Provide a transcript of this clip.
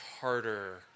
harder